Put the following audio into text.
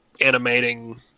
animating